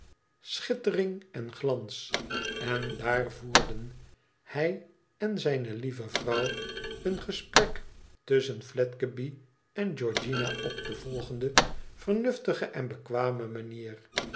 schittering en glans en daar voerden hij en zijne lieve vrouw een gesprek tusschen fledgeby en georgiana op de volgende vernuftige en bekwame manier